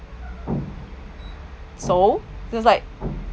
so he was like